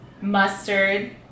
Mustard